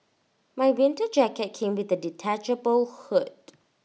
my winter jacket came with A detachable hood